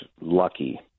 lucky